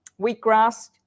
wheatgrass